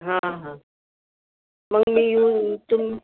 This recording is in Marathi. हा हा मग मी येऊन तुम